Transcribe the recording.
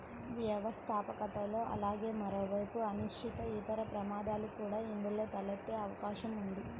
వ్యవస్థాపకతలో అలాగే మరోవైపు అనిశ్చితి, ఇతర ప్రమాదాలు కూడా ఇందులో తలెత్తే అవకాశం ఉంది